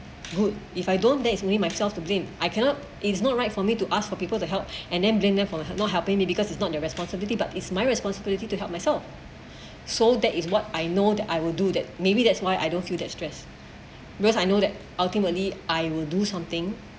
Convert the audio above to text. good if I don't then is only myself to blame I cannot is not right for me to ask for people to help and then blame them for not helping me because it's not their responsibility but it's my responsibility to help myself so that is what I know that I will do that maybe that's why I don't feel that stress because I know that ultimately I will do something